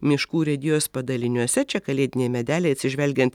miškų urėdijos padaliniuose čia kalėdiniai medeliai atsižvelgiant